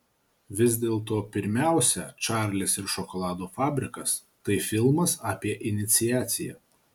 vis dėlto pirmiausia čarlis ir šokolado fabrikas tai filmas apie iniciaciją